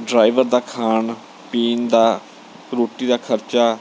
driver ਦਾ ਖਾਣ ਪੀਣ ਦਾ ਰੋਟੀ ਦਾ ਖਰਚਾ